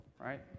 right